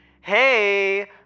Hey